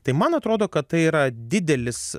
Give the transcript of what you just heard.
tai man atrodo kad tai yra didelis